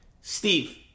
Steve